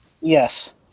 Yes